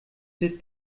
wird